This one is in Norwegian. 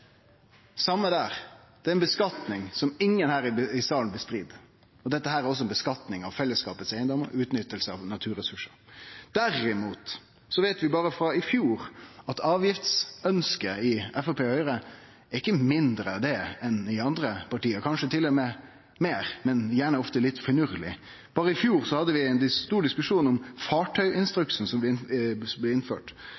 same gjeld der – det er ei skattlegging som ingen her i salen nektar for. Det er også ei skattlegging av eigedomane til fellesskapen, utnytting av naturressursar. Derimot veit vi berre frå i fjor at avgiftsønsket i Framstegspartiet og Høgre ikkje er mindre enn i andre parti – kanskje til og med større, men gjerne litt finurleg. I fjor hadde vi ein stor diskusjon om